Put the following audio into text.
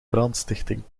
brandstichting